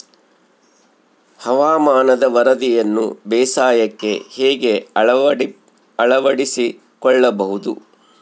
ಹವಾಮಾನದ ವರದಿಯನ್ನು ಬೇಸಾಯಕ್ಕೆ ಹೇಗೆ ಅಳವಡಿಸಿಕೊಳ್ಳಬಹುದು?